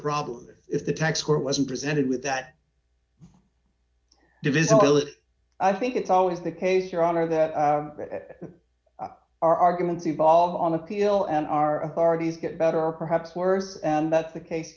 problem if the tax court wasn't presented with that divisibility i think it's always the case your honor that d our arguments evolve on appeal and our parties get better or perhaps worse and that's the case